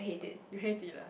you hate it ah